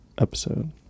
episode